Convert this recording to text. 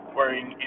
wearing